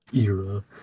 Era